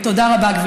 תודה רבה, גברתי.